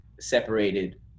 separated